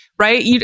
right